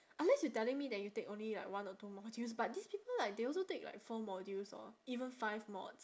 unless you telling me that you take only like one or two modules but these people like they also take like four modules or even five mods